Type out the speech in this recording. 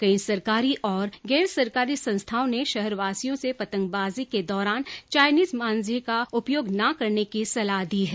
कई सरकारी और गैर सरकारी संस्थाओं ने शहरवासियों से पतंगबाजी के दौरान चाईनीज मांझे का उपयोग ना करने की सलाह दी है